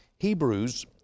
Hebrews